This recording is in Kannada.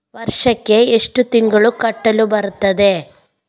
ವರ್ಷಕ್ಕೆ ಎಷ್ಟು ತಿಂಗಳು ಕಟ್ಟಲು ಬರುತ್ತದೆ?